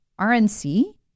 RNC